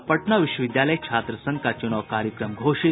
और पटना विश्वविद्यालय छात्र संघ का चुनाव कार्यक्रम घोषित